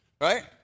Right